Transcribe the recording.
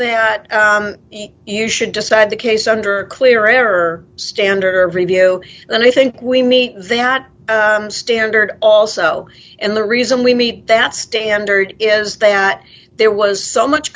there you should decide the case under a clearer standard of review and i think we meet that standard also and the reason we meet that standard is that there was so much